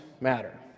matter